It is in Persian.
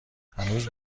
هنوز